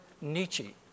Nietzsche